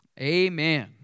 Amen